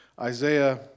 Isaiah